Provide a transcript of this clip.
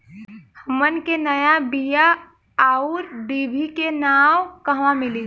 हमन के नया बीया आउरडिभी के नाव कहवा मीली?